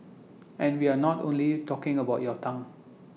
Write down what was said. and we are not only talking about your tongue